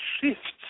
shifts